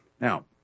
Now